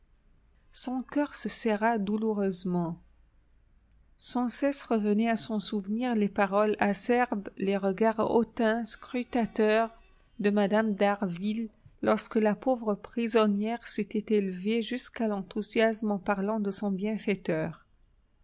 son coeur se serra douloureusement sans cesse revenaient à son souvenir les paroles acerbes les regards hautains scrutateurs de mme d'harville lorsque la pauvre prisonnière s'était élevée jusqu'à l'enthousiasme en parlant de son bienfaiteur